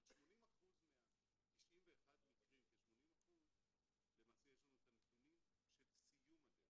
אבל כ-80% מ-91 המקרים למעשה יש לנו את הנתונים של סיום הדרך.